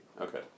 Okay